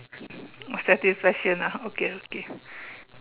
satisfaction ah okay okay